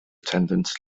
attendant